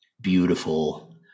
beautiful